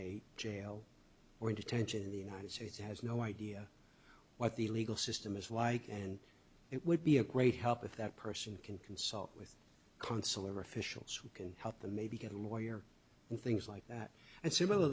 a jail or in detention in the united states has no idea what the legal system is like and it would be a great help if that person can consult with consular officials who can help them maybe get a lawyer and things like that and s